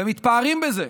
ומתפארים בזה,